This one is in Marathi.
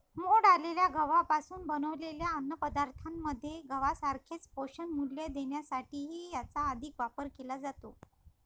मोड आलेल्या गव्हापासून बनवलेल्या अन्नपदार्थांमध्ये गव्हासारखेच पोषणमूल्य देण्यासाठीही याचा अधिक वापर केला जातो